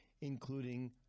including